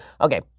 Okay